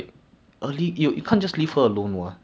like econning strat very different for everyone